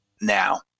now